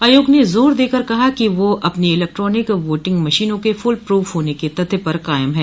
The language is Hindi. आयोग ने जोर देकर कहा ह कि वह अपनी इलेक्ट्रॉनिक वोटिंग मशीनों के फुलप्रूफ होने के तथ्य पर कायम है